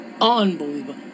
unbelievable